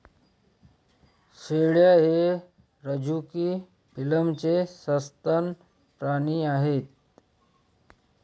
शेळ्या हे रझुकी फिलमचे सस्तन प्राणी आहेत